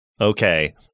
Okay